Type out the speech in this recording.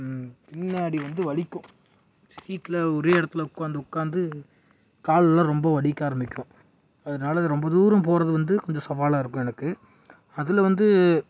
பின்னாடி வந்து வலிக்கும் சீட்டில ஒரே இடத்துல உட்காந்து உட்காந்து கால்லாம் ரொம்ப வலிக்க ஆரம்பிக்கும் அதனால இது ரொம்ப தூரம் போகறது வந்து கொஞ்சம் சவாலாக இருக்கும் எனக்கு அதில் வந்து